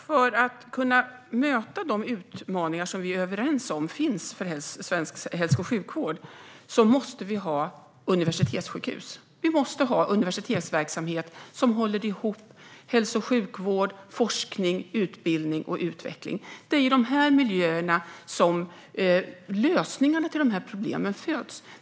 Fru talman! För att kunna möta de utmaningar som vi är överens om finns för svensk hälso och sjukvård måste vi ha universitetssjukhus. Vi måste ha universitetsverksamhet som håller ihop hälso och sjukvård, forskning, utbildning och utveckling. Det är i dessa miljöer som lösningarna till problemen föds.